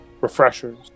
Refreshers